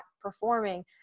performing